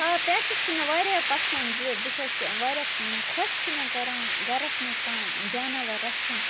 آ پیٚٹٕس چھِ مےٚ واریاہ پَسَنٛد زِ بہٕ چھَس واریاہ خۄش چھِ مےٚ کَران گَرَس منٛز کانٛہہ جاناوار رَچھُن